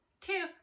Two